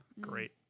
Great